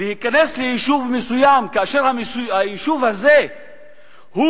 להיכנס ליישוב מסוים כאשר היישוב הזה הוא